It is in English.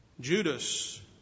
Judas